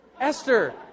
Esther